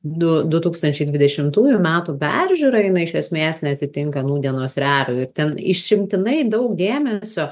du du tūkstančiai dvidešimtųjų metų peržiūra jinai iš esmės neatitinka nūdienos realijų ir ten išimtinai daug dėmesio